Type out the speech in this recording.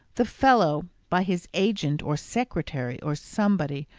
the fellow, by his agent, or secretary, or somebody,